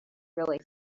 really